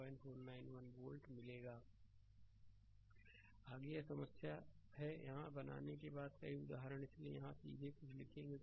slide समय देखें 1730 आगे यह समस्या है यहाँ बनाने के बाद कई उदाहरण इसलिए यहाँ सीधे कुछ लिखेंगे